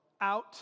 out